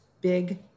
big